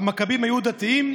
המכבים היו דתיים?